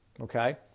okay